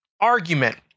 argument